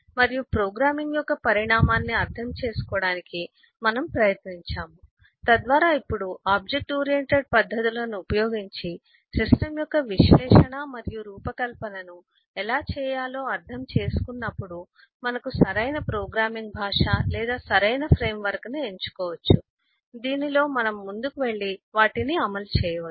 మరియు ప్రోగ్రామింగ్ యొక్క పరిణామాన్ని అర్థం చేసుకోవడానికి మనము ప్రయత్నించాము తద్వారా ఇప్పుడు ఆబ్జెక్ట్ ఓరియెంటెడ్ పద్ధతులను ఉపయోగించి సిస్టమ్ యొక్క విశ్లేషణ మరియు రూపకల్పనను ఎలా చేయాలో అర్థం చేసుకున్నప్పుడు మనకు సరైన ప్రోగ్రామింగ్ భాష లేదా సరైన ఫ్రేమ్వర్క్ను ఎంచుకోవచ్చు దీనిలో మనం ముందుకు వెళ్లి వాటిని అమలు చేయవచ్చు